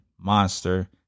monster